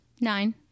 Nine